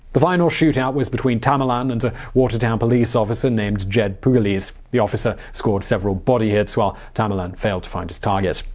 the final shootout was between tamerlan and a watertown police officer named jedd pugliese. the officer scored several body hits while tamerlan failed to find his target.